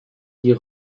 die